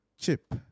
chip